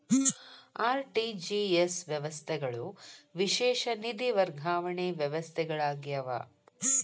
RTGS ವ್ಯವಸ್ಥೆಗಳು ವಿಶೇಷ ನಿಧಿ ವರ್ಗಾವಣೆ ವ್ಯವಸ್ಥೆಗಳಾಗ್ಯಾವ